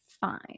fine